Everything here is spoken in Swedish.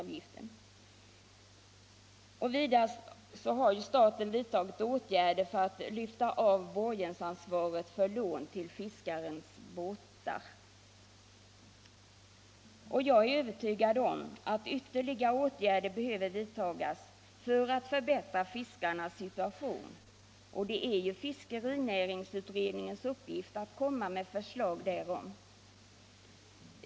Vidare har staten vidtagit åtgärder för att lyfta av borgensansvaret för lån till fiskarnas båtar. Jag är övertygad om att ytterligare åtgärder behöver vidtagas för att förbättra fiskarnas situation, och det är ju fiskerinäringsutredningens uppgift att komma med förslag därom.